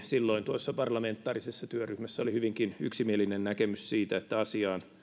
silloin tuossa parlamentaarisessa työryhmässä oli hyvinkin yksimielinen näkemys siitä että asia on